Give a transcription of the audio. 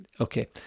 Okay